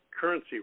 currency